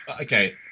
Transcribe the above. Okay